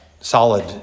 solid